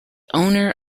owner